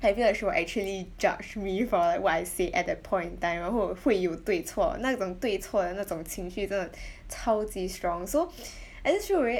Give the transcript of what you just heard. I feel like she will actually judge me for like what I say at that point in time 然后会有对错那种对错的那种情绪真的 超级 strong so I just feel ve~